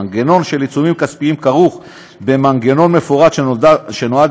המנגנון של עיצומים כספיים כרוך במנגנון מפורט שנועד